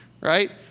right